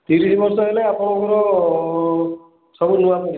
ତିରିଶି ବର୍ଷ ହେଲେ ଆପଣଙ୍କର ସବୁ